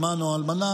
אלמן או אלמנה,